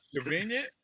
convenient